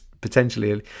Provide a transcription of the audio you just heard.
potentially